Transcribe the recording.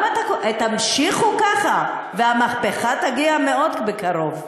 תמשיכו ככה והמהפכה תגיע מאוד בקרוב.